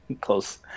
close